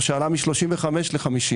או שעלה מ-35 ל-50.